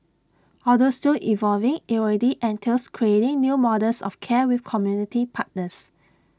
although still evolving IT already entails creating new models of care with community partners